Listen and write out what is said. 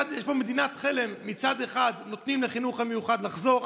יש פה מדינת חלם: מצד אחד נותנים לחינוך המיוחד לחזור,